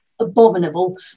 abominable